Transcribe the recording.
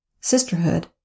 sisterhood